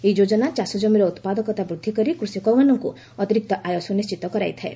ଏହି ଯୋଜନା ଚାଷଜମିର ଉତ୍ପାଦକତା ବୃଦ୍ଧିକରି କୃଷକମାନଙ୍କୁ ଅତିରିକ୍ତ ଆୟ ସ୍ରନିଶ୍ଚିତ କରାଯାଇଥାଏ